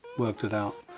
worked it out,